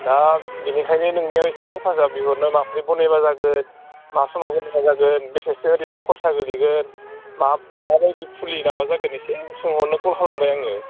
दा बिनिखायनो नोंनियाव एसे हेफाजाब बिहरनो माब्रै बनायब्ला जागोन मा समाव बनायब्ला जागोन बेसेसो ओरैनो खरसा गोलैगोन मा माबायदि फुलि लाब्ला जागोन एसे सोंहरनो कल खालामबाय आङो